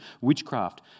witchcraft